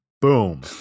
Boom